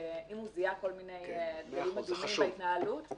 אם זיהה כל מיני דגלים אדומים בהתנהלות,